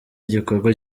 igikorwa